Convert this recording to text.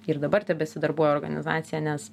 ir dabar tebesidarbuoja organizacija nes